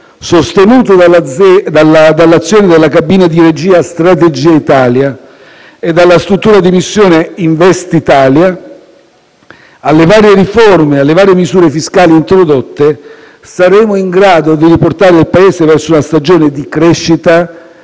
sostenuto dall'azione della cabina di regia Strategia Italia e dalla struttura di missione Investitalia, alle varie riforme e alle varie misure fiscali introdotte, saremo in grado di riportare il Paese verso una stagione di crescita